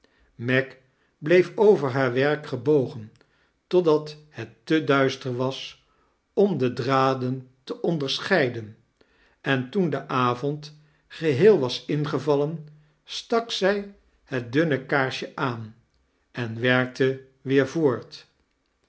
meg bleef over haar werk gebogen totdat het te duiater was om de draden te onderaeheiden en toen de avond geheel was ingevallen stak zij het dunne kaarsje aan en werkte weer voort